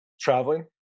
traveling